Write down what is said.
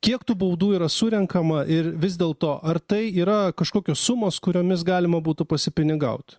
kiek tų baudų yra surenkama ir vis dėl to ar tai yra kažkokios sumos kuriomis galima būtų pasipinigaut